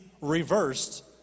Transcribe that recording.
reversed